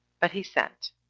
but he sent,